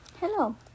hello